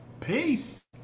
Peace